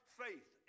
faith